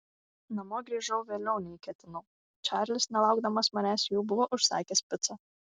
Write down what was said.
namo grįžau vėliau nei ketinau čarlis nelaukdamas manęs jau buvo užsakęs picą